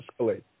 escalate